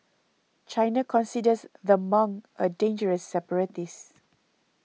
China considers the monk a dangerous separatist